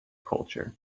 culture